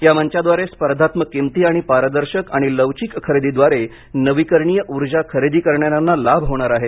या मंचाद्वारे स्पर्धात्मक किंमती आणि पारदर्शक आणि लवचिक खरेदीद्वारे नवीकरणीय ऊर्जा खरेदी करणाऱ्यांना लाभ होणार आहे